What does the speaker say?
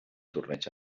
torneig